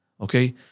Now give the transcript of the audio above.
Okay